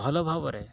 ଭଲ ଭାବରେ